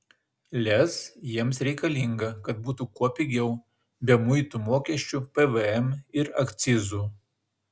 lez jiems reikalinga kad būtų kuo pigiau be muitų mokesčių pvm ir akcizų